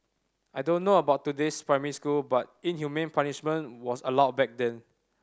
I don't know about today's primary school but inhumane punishment was allowed back then